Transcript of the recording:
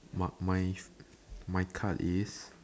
my my my card is